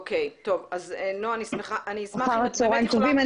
אחר-צוהריים טובים.